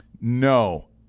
No